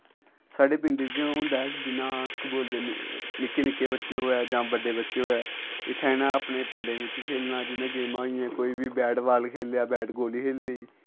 साढ़े पिंडे जि'यां होंदा हा कि जि'यां अस केह् बोलदे निक्के निक्के बच्चे होऐ जां बड्डे बच्चे होऐ इत्थै इ'नें अपने पिंडें बिच्च खेलना जि'यां गेमां होई गेइयां कोई बी बैट बाल खेल्लेआ बैट गोली खेल्ली लेई